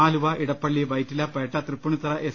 Aluva Edappally Vyttila Pettah Tripunithura S